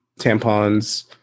tampons